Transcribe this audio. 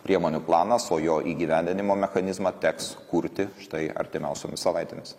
priemonių planas o jo įgyvendinimo mechanizmą teks kurti štai artimiausiomis savaitėmis